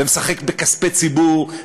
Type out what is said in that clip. ומשחק בכספי ציבור,